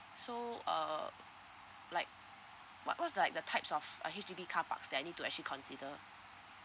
so um like what what's the like types of a H_D_B carparks that I need to actually consider